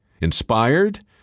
inspired